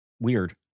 Weird